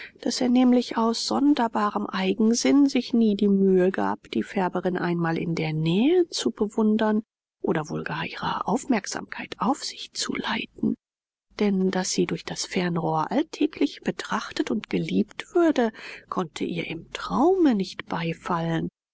daß er nämlich aus sonderbarem eigensinn sich nie die mühe gab die färberin einmal in der nähe zu bewundern oder wohl gar ihre aufmerksamkeit auf sich zu leiten denn daß sie durch das fernrohr alltäglich betrachtet und geliebt würde konnte ihr im traume nicht beifallen